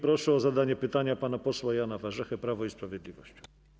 Proszę o zadanie pytania pana posła Jana Warzechę, Prawo i Sprawiedliwość.